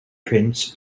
prince